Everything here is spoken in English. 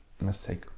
mistake